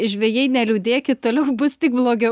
žvejai neliūdėkit toliau bus tik blogiau